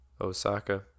Osaka